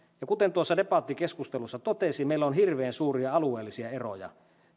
kuten tuossa debattikeskustelussa totesin meillä on hirveän suuria alueellisia eroja